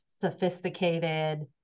sophisticated